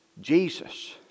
Jesus